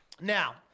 Now